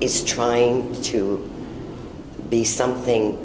is trying to be something